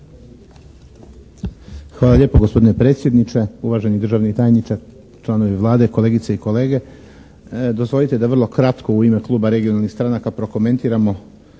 Hvala lijepo gospodine predsjedniče, uvaženi državni tajniče, članovi Vlade, kolegice i kolege. Dozvolite da vrlo kratko u ime kluba regionalnih stranaka prokomentiramo